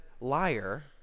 liar